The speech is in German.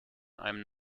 einem